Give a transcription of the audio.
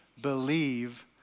believe